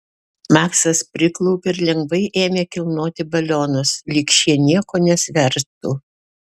maksas priklaupė ir lengvai ėmė kilnoti balionus lyg šie nieko nesvertų